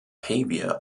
pavia